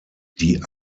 die